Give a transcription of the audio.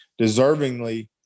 deservingly